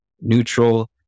neutral